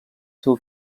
seu